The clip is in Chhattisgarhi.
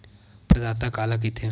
प्रदाता काला कइथे?